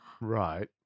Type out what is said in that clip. Right